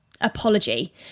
apology